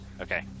Okay